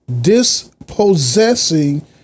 dispossessing